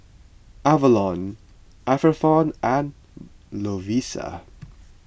Avalon Atherton and Lovisa